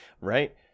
right